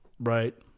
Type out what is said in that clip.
Right